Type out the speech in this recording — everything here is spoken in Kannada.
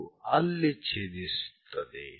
ಅದು ಅಲ್ಲಿ ಛೇದಿಸುತ್ತದೆ